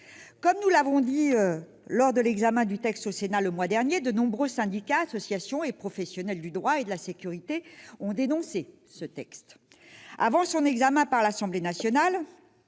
Comme nous l'avons dit lors de l'examen du texte au Sénat le mois dernier, de nombreux syndicats, associations et professionnels du droit et de la sécurité ont dénoncé ce texte. Avant son examen par l'Assemblée nationale,